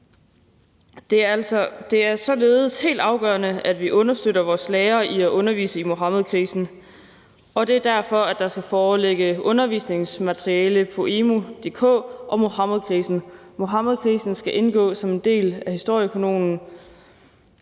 Det er således helt afgørende, at vi understøtter vores lærere i at undervise i Muhammedkrisen, og det er derfor, at der skal foreligge undervisningsmateriale om Muhammedkrisen på emu.dk. Muhammedkrisen skal indgå som en del af historiekanonen,